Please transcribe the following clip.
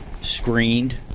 screened